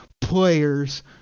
players